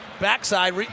Backside